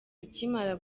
akimara